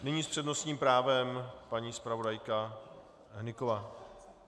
Nyní s přednostním právem paní zpravodajka Hnyková.